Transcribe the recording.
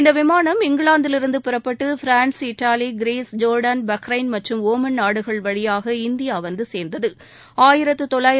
இந்த விமானம் இங்கிலாந்திலிருந்து புறப்பட்டு France Italy Greece Jordan Bahrain மற்றும் ஒமன் நாடுகள் வழியாக இந்தியா வந்து சேர்ந்தது